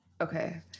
Okay